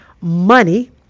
money